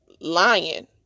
lying